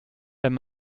wenn